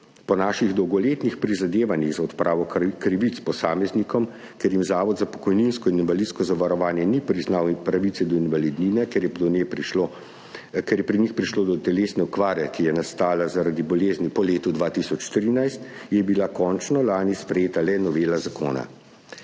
Po naših dolgoletnih prizadevanjih za odpravo krivic posameznikom, ker jim Zavod za pokojninsko in invalidsko zavarovanje ni priznal pravice do invalidnine, ker je pri njih prišlo do telesne okvare, ki je nastala zaradi bolezni po letu 2013, je bila končno lani sprejeta novela zakona.